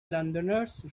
londoners